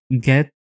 get